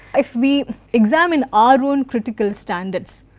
if we examine our own critical standards,